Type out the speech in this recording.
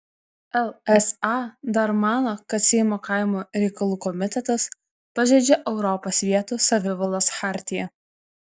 lsa dar mano kad seimo kaimo reikalų komitetas pažeidžia europos vietos savivaldos chartiją